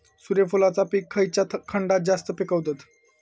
सूर्यफूलाचा पीक खयच्या खंडात जास्त पिकवतत?